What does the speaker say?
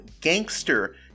gangster